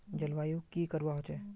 जलवायु की करवा होचे?